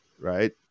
right